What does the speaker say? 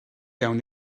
iawn